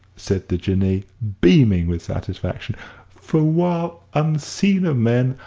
said the jinnee, beaming with satisfaction for while, unseen of men,